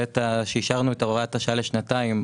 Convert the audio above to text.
בעת שאישרנו את הוראת השעה לשנתיים,